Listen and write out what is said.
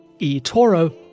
eToro